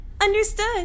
Understood